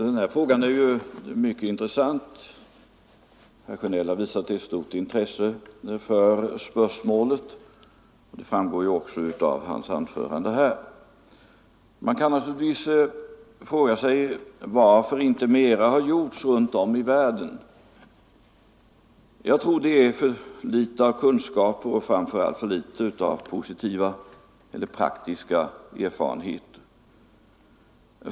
Herr talman! Den här frågan är mycket intressant. Herr Sjönell har visat ett stort intresse för spörsmålet. Det framgår också av hans anförande. Man kan naturligtvis fråga sig varför det inte har gjorts mer runt om i världen. Jag tror att det beror på att det finns för litet av kunskaper och framför allt av positiva eller praktiska erfarenheter.